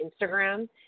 Instagram